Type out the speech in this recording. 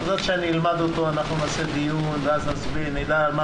עד שאני אלמד אותו אנחנו נעשה דיון ואז נסביר ממילא על מה